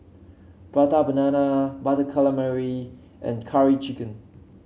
Prata Banana Butter Calamari and Curry Chicken